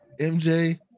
MJ